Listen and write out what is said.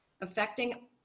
affecting